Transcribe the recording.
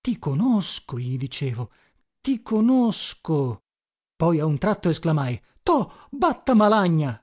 ti conosco gli dicevo ti conosco poi a un tratto esclamai to batta malagna